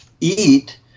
eat